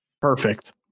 Perfect